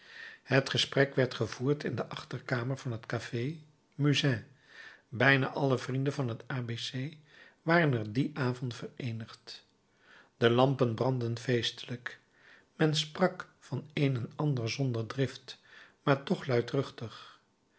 het gesprek werd gevoerd in de achterkamer van het café musain bijna alle vrienden van het a b c waren er dien avond vereenigd de lampen brandden feestelijk men sprak van een en ander zonder drift maar toch luidruchtig